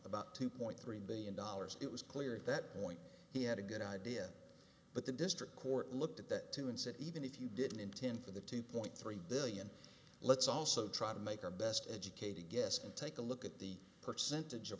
about two point three billion dollars it was clear at that point he had a good idea but the district court looked at that to and said even if you didn't intend for the two point three billion let's also try to make our best educated guess and take a look at the percentage of